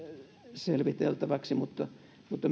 selviteltäväksi mutta mutta